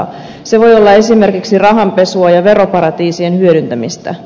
se voi olla esimerkiksi rahanpesua ja veroparatiisien hyödyntämistä